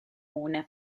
una